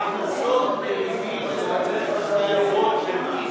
ההכנסות מריבית ועוד איך חייבות במס.